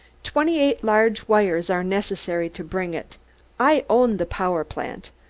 twenty-eight large wires are necessary to bring it i own the power-plant,